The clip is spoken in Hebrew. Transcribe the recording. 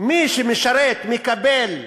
מי שמשרת מקבל,